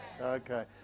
okay